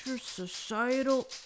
societal